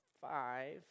five